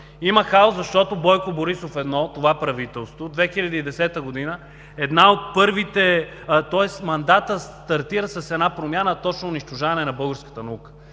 Има хаос, защото Бойко Борисов 1 – това правителство, 2010 г. една от първите, тоест мандатът стартира с една промяна – точно с унищожаване на българската наука.